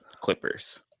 Clippers